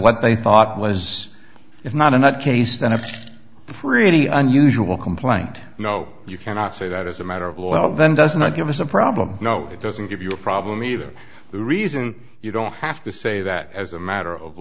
what they thought was if not in that case then it's just for any unusual complaint no you cannot say that as a matter of law then does not give us a problem no it doesn't give you a problem either the reason you don't have to say that as a matter of